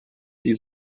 die